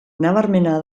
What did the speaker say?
nabarmena